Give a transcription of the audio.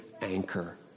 Anchor